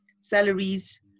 salaries